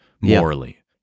morally